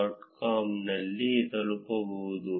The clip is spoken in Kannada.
com ನಲ್ಲಿ ತಲುಪಬಹುದು